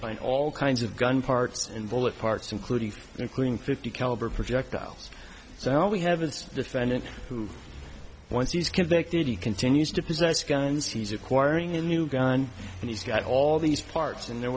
find all kinds of gun parts and bullet parts including including fifty caliber projectiles so now we have this defendant who once he's convicted he continues to possess guns he's acquiring a new gun and he's got all these parts and there